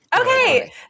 Okay